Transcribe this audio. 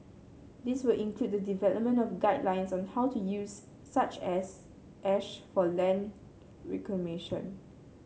this will include the development of guidelines on how to use such ash for land reclamation